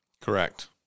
Correct